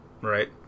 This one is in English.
Right